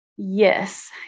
Yes